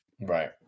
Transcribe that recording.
Right